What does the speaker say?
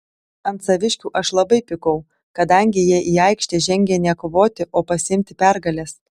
ant saviškių aš labai pykau kadangi jie į aikštę žengė ne kovoti o pasiimti pergalės